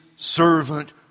Servant